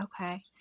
Okay